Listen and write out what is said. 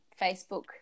Facebook